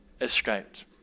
escaped